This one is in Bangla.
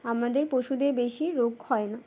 আমাদের পশুদের বেশি রোগ হয় না